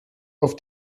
auf